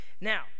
Now